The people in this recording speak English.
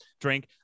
drink